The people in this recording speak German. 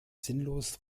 sinnlos